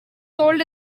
sold